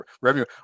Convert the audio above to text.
revenue